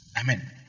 Amen